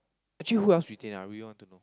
actually who else retain ah I really want to know